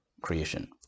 creation